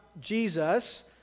Jesus